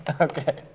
Okay